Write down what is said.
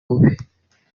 bube